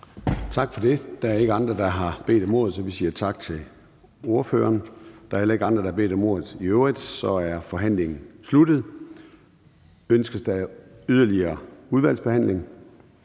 Tak for det. Der er ikke andre, der har bedt om ordet, så vi siger tak til ordføreren. Der er i øvrigt heller ikke andre, der har bedt om ordet, og så er forhandlingen sluttet. Ønskes der yderligere udvalgsbehandling?